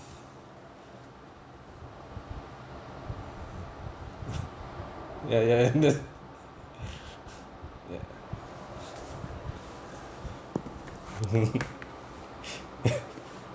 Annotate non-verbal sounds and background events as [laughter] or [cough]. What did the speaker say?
ya ya that's [laughs]